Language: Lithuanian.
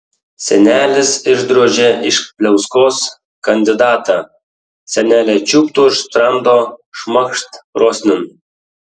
senelis išdrožė iš pliauskos kandidatą senelė čiūpt už sprando šmakšt krosnin